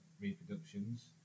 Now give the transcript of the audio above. reproductions